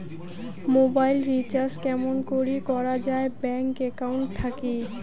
Mobile recharge কেমন করি করা যায় ব্যাংক একাউন্ট থাকি?